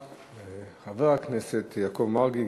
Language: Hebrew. חבר הכנסת יעקב מרגי,